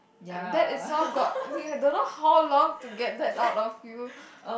and that itself got we have don't know how long to get that out of you